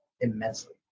immensely